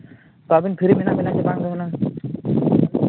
ᱛᱳ ᱟᱹᱵᱤᱱ ᱯᱷᱤᱨᱤ ᱢᱮᱱᱟᱜ ᱵᱤᱱᱟ ᱥᱮ ᱵᱟᱝᱜᱮ ᱦᱩᱱᱟᱹᱝ